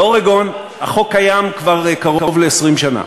באורגון החוק קיים כבר קרוב ל-20 שנה.